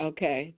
Okay